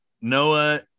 Noah